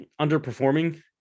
underperforming